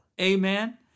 Amen